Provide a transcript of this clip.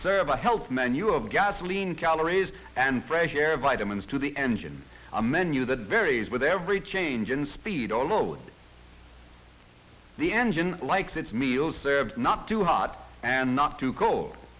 serve a health menu of gasoline calories and fresh air vitamins to the engine a menu that varies with every change in speed although the engine likes its meal served not too hot and not too cold